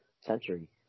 century